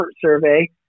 survey